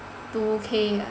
two K ah